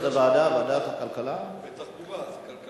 זאת אומרת, הצמיחה במשך 11 שנים, כבוד השר, גדלה